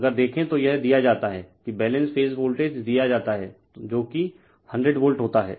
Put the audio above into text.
अगर देखें तो यह दिया जाता है कि बैलेंस फेज वोल्टेज दिया जाता है जो कि हंड्रेड वोल्ट होता है